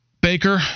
Baker